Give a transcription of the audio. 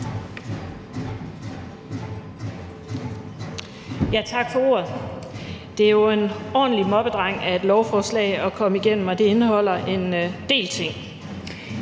Tak for ordet. Det er jo en ordentlig moppedreng af et lovforslag at komme igennem, og det indeholder en del ting.